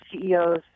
CEOs